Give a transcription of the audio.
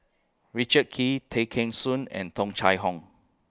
Richard Kee Tay Kheng Soon and Tung Chye Hong